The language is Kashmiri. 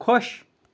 خۄش